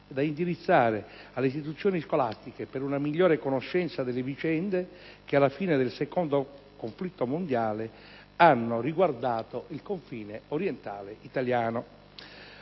da indirizzare alle istituzioni scolastiche, per una migliore conoscenza delle vicende che alla fine del secondo conflitto mondiale hanno riguardato il confine orientale italiano.